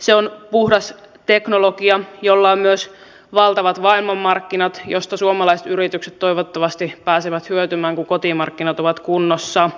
se on puhdas teknologia jolla on myös valtavat maailmanmarkkinat joista suomalaiset yritykset toivottavasti pääsevät hyötymään kun kotimarkkinat ovat kunnossa